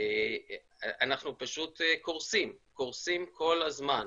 אנחנו פשוט קורסים, קורסים כל הזמן.